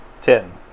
Ten